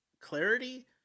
clarity